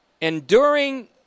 enduring